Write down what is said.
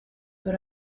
but